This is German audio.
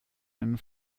einen